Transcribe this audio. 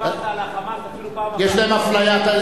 יש להם אפליה.